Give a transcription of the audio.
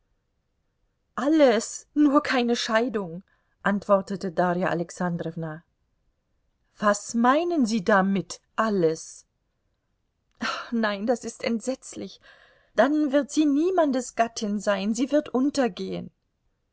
alles nur keine scheidung antwortete darja alexandrowna was meinen sie damit alles nein das ist entsetzlich dann wird sie niemandes gattin sein sie wird untergehen